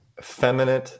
feminine